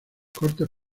cortes